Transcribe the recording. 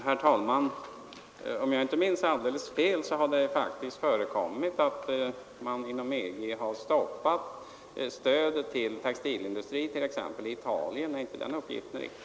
Herr talman! Om jag inte minns alldeles fel, så har det förekommit att man inom EG har stoppat stöd till textilindustri i Syditalien. Är inte den uppgiften riktig?